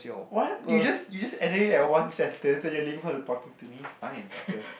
what you just you just added in that one sentence and you're leaving all the talking to me fine sure